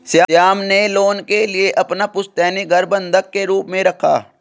श्याम ने लोन के लिए अपना पुश्तैनी घर बंधक के रूप में रखा